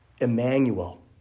Emmanuel